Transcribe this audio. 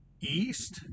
east